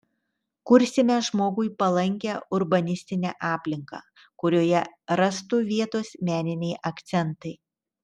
kursime žmogui palankią urbanistinę aplinką kurioje rastų vietos meniniai akcentai